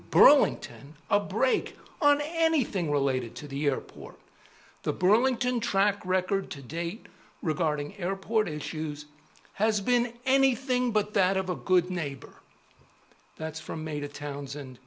burlington a break on anything related to the airport the burlington track record to date regarding airport issues has been anything but that of a good neighbor that's from major towns and